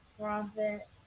Profit